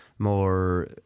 More